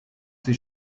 sie